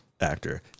actor